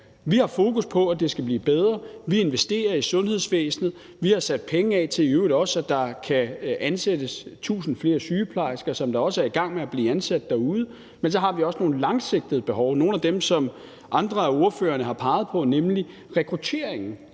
Vi har fokus på, at det skal blive bedre. Vi investerer i sundhedsvæsenet. Vi har sat penge af til, at der kan ansættes 1.000 flere sygeplejersker, som de også er i gang med at ansætte derude. Men så har vi også et langsigtet behov, som andre ordførere også har peget på, nemlig rekrutteringen